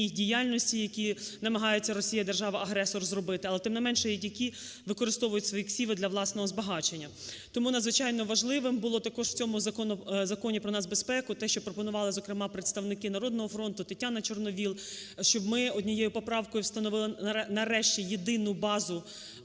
діяльності, які намагаються Росія держава-агресор зробити, але, тим не менше, які використовують свої ксиви для власного збагачення. Тому надзвичайно важливим було також в цьому Законі про нацбезпеку те, що пропонували, зокрема, представники "Народного фронту", Тетяна Чорновол, щоб ми однією поправкою встановили нарешті єдину базу